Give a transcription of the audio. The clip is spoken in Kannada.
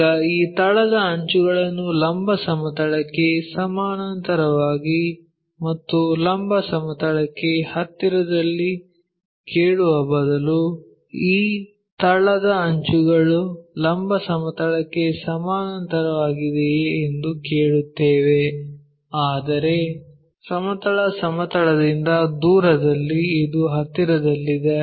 ಈಗ ಈ ತಳದ ಅಂಚುಗಳನ್ನು ಲಂಬ ಸಮತಲಕ್ಕೆ ಸಮಾನಾಂತರವಾಗಿ ಮತ್ತು ಲಂಬ ಸಮತಲಕ್ಕೆ ಹತ್ತಿರದಲ್ಲಿ ಕೇಳುವ ಬದಲು ಈ ತಳದ ಅಂಚುಗಳು ಲಂಬ ಸಮತಲಕ್ಕೆ ಸಮಾನಾಂತರವಾಗಿದೆಯೇ ಎಂದು ಕೇಳುತ್ತೇವೆ ಆದರೆ ಸಮತಲ ಸಮತಲದಿಂದ ದೂರದಲ್ಲಿ ಇದು ಹತ್ತಿರದಲ್ಲಿದೆ